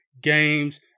games